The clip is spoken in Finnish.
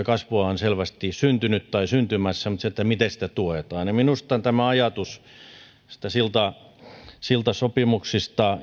kasvua on selvästi syntynyt tai syntymässä eli miten sitä sitten tuetaan minusta tämä ajatus tällaisista siltasopimuksista